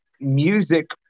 music